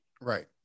Right